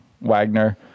Wagner